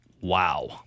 Wow